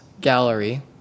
Gallery